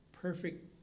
perfect